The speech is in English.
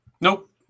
Nope